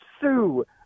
Sue